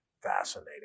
Fascinating